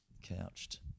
Couched